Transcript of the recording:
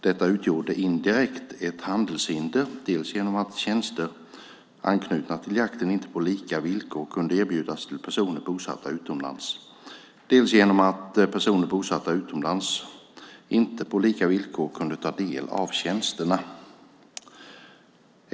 Detta utgjorde indirekt ett handelshinder dels genom att tjänster anknutna till jakten inte på lika villkor kunde erbjudas till personer bosatta utomlands, dels genom att personer bosatta utomlands inte på lika villkor kunde ta del av tjänsterna.